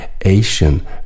Asian